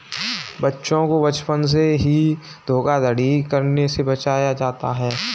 बच्चों को बचपन से ही धोखाधड़ी करने से बचाया जाता है